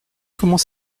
comment